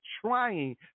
trying